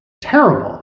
terrible